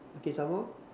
okay some more